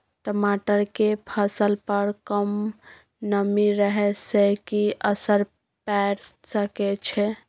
टमाटर के फसल पर कम नमी रहै से कि असर पैर सके छै?